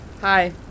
Hi